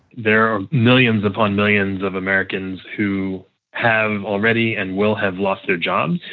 there are millions upon millions of americans who have already and will have lost their jobs,